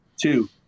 two